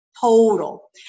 total